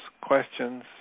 questions